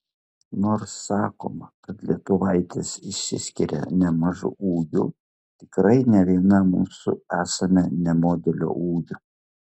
nors sakoma kad lietuvaitės išsiskiria nemažu ūgiu tikrai ne viena mūsų esame ne modelių ūgio